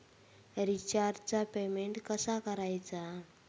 रिचार्जचा पेमेंट कसा करायचा?